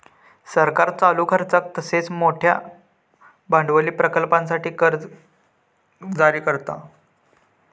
सरकार चालू खर्चाक तसेच मोठयो भांडवली प्रकल्पांसाठी कर्जा जारी करता